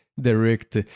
direct